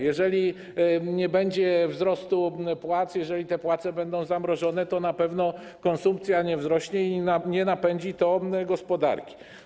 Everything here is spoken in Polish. Jeżeli nie będzie wzrostu płac, jeżeli te płace będą zamrożone, to na pewno konsumpcja nie wzrośnie i nie napędzi to gospodarki.